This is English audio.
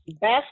best